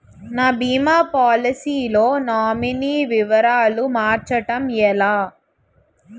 నా భీమా పోలసీ లో నామినీ వివరాలు మార్చటం ఎలా?